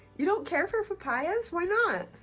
you don't care for papayas, why not?